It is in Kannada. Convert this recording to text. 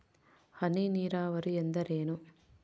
ಹನಿ ನೇರಾವರಿ ಎಂದರೇನು?